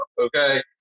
Okay